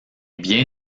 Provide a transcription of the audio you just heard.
bien